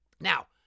Now